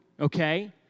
okay